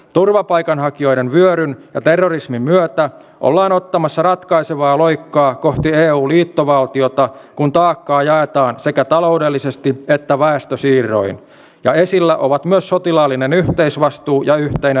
turvapaikanhakijoiden vyöryn ja terrorismin myötä ollaan ottamassa ratkaisevaa loikkaa kohti eun liittovaltiota kun taakkaa jaetaan sekä taloudellisesti että väestösiirroin ja esillä ovat myös sotilaallinen yhteisvastuu ja yhteinen rajavalvonta